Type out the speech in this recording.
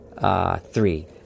Three